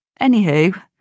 anywho